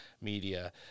media